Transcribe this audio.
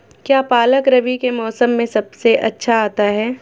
क्या पालक रबी के मौसम में सबसे अच्छा आता है?